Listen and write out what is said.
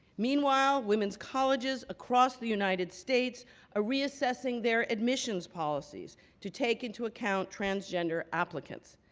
meanwhile, women's colleges across the united states are reassessing their admissions policies to take into account transgender applicants.